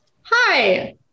hi